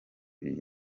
iyi